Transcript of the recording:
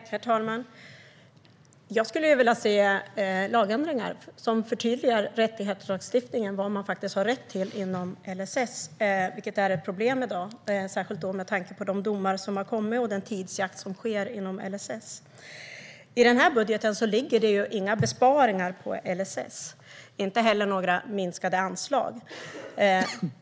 Herr talman! Jag skulle vilja se lagändringar som förtydligar vad man faktiskt har rätt till inom LSS. Det är ett problem i dag, särskilt med tanke på de domar som har kommit och den tidsjakt som sker. I budgeten finns inga besparingar på LSS, inte heller några minskade anslag.